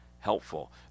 helpful